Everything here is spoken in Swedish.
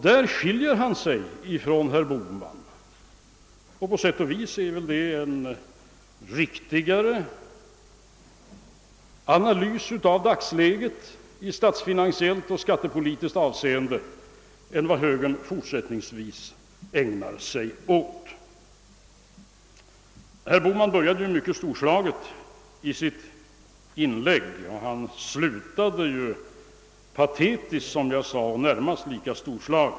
Där skiljer han sig från herr Bohman. På sätt och vis är väl herr Hedlunds analys av dagsläget 1 statsfinansiellt och skattepolitiskt avseende riktigare än herr Bohmans. Herr Bohman började sitt inlägg mycket storslaget. Han slutade, som jag sade, patetiskt och i det närmaste lika storslaget.